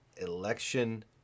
Election